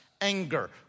Anger